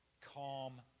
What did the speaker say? calm